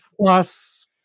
Plus